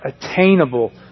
attainable